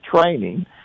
training